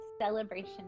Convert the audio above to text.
Celebration